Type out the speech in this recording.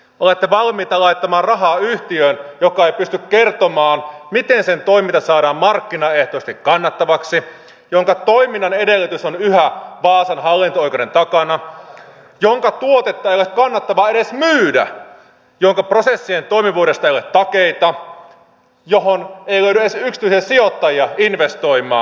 olette valmis laittamaan rahaa yhtiöön joka ei pysty kertomaan miten sen toiminta saadaan markkinaehtoisesti kannattavaksi jonka toiminnan edellytys on yhä vaasan hallinto oikeuden takana jonka tuotetta ei ole kannattavaa edes myydä jonka prosessien toimivuudesta ei ole takeita johon ei löydy edes yksityisiä sijoittajia investoimaan